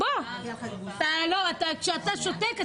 שבועיים.